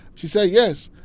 she said, yes.